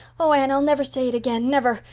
oh, anne, i'll never say it again never.